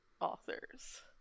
authors